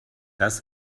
das